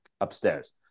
upstairs